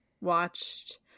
watched